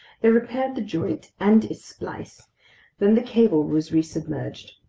they repaired the joint and its splice then the cable was resubmerged.